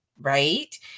right